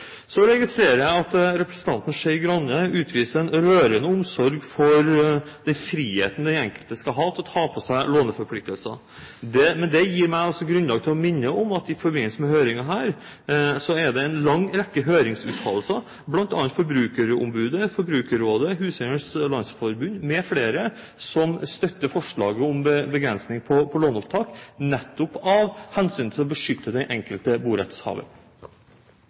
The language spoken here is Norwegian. Så registrerer jeg at representanten Skei Grande utviser en rørende omsorg for den friheten den enkelte skal ha til å påta seg låneforpliktelser. Det gir meg grunn til å minne om at det i forbindelse med høringen her var en lang rekke høringsuttalelser, bl.a. fra Forbrukerombudet, Forbrukerrådet, Huseiernes Landsforbund m.fl., som støttet forslaget om begrensning på låneopptak, nettopp for å beskytte den enkelte borettshaver.